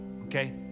okay